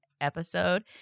episode